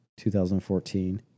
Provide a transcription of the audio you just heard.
2014